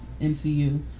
MCU